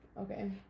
Okay